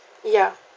ya